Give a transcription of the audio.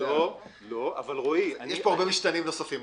יש פה הרבה משתנים נוספים.